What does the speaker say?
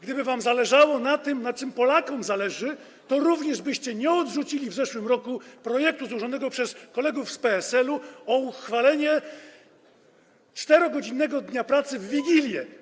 Gdyby wam zależało na tym, na czym Polakom zależy, to również byście nie odrzucili w zeszłym roku projektu złożonego przez kolegów z PSL-u w sprawie uchwalenia czterogodzinnego dnia pracy w Wigilię.